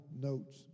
notes